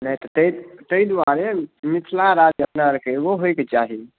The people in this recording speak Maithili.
नहि तऽ ताहि दुआरे मिथिला राज्य अपना आरके एगो होयके चाही